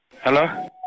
Hello